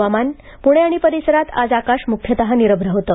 हवामान पुणे आणि परिसरात आज आकाश मुख्यतः निरभ्र होतं